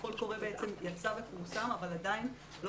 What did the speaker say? הקול קורא בעצם יצא ופורסם אבל עדיין לא